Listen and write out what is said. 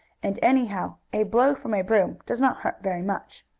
and, anyhow, a blow from a broom does not hurt very much.